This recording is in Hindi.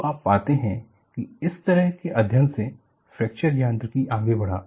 तो आप पाते हैं कि इस तरह के अध्ययन से फ्रैक्चर यांत्रिकी आगे बढ़ा